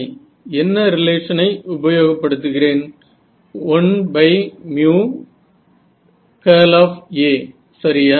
நான் என்ன ரிலேஷன் ஐ உபயோகப் படுத்துகிறேன் 1A சரியா